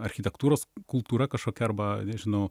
architektūros kultūra kažkokia arba nežinau